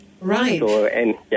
Right